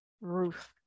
ruth